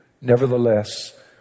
Nevertheless